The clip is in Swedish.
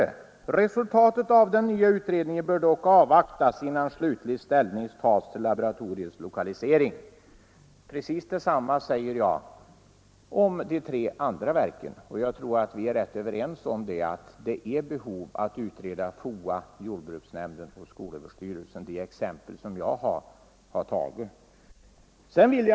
Han anför: ”Resultatet av den nya utredningen bör dock avvaktas innan slutlig ställning tas till laboratoriets lokalisering.” Precis detsamma säger jag om de tre andra verken, och jag tror att vi är ganska eniga om att det finns behov av att utreda förutsättningarna för utflyttning av FOA, jordbruksnämnden och skolöverstyrelsen — de exempel som jag har gett.